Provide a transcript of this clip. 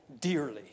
dearly